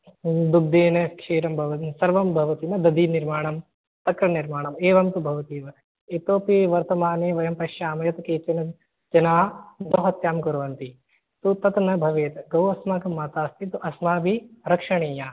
दुग्धेन क्षीरं भवति सर्वं भवति दधिनिर्माणम् तक्रनिर्माणम् एवं तु भवति एव इतोऽपि वर्तमाने वयं पश्यामः यत् केचन जनाः गोहत्यां कुर्वन्ति तु तत् न भवेत् गौ अस्माकं माता अस्ति अस्माभिः रक्षणीया